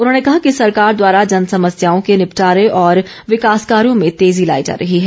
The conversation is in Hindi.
उन्होंने कहा कि सरकार द्वारा जनसमस्याओ के निपटारे और विकास कार्यों में तेजी लाई जा रही है